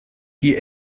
die